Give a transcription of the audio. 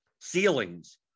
ceilings